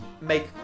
make